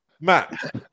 Matt